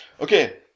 Okay